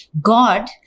God